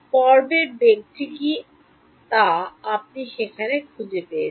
পর্বের বেগটি কী তা আপনি সেখানে খুঁজে পেয়েছেন